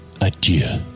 adieu